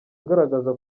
agaragaza